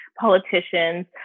politicians